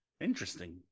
Interesting